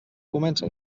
comença